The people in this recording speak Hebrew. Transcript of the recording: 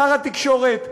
שר התקשורת,